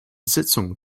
sitzung